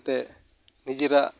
ᱚᱱᱟᱛᱮ ᱱᱤᱡᱮᱨᱟᱜ